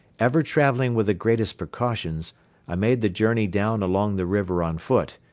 ever traveling with the greatest precautions i made the journey down along the river on foot,